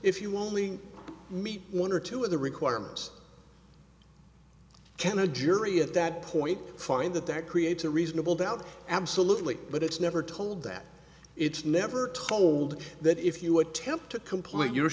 if you only meet one or two of the requirements can a jury at that point find that that creates a reasonable doubt absolutely but it's never told that it's never told that if you attempt to complete your